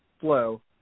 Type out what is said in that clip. flow